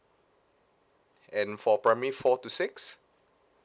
and for primary four to six